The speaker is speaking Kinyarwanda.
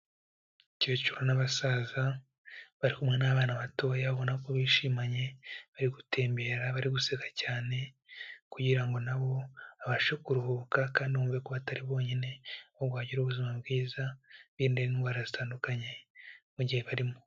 Abakecuru n'abasaza bari kumwe n'abana batoya abona ko bishimanye, bari gutembera, bari guseka cyane kugira ngo na bo babashe kuruhuka kandi bumve ko batari bonyine, ahubwo bagira ubuzima bwiza, birinde n'indwara zitandukanye, mu gihe barimo.